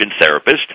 therapist